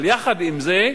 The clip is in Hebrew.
אבל יחד עם זה,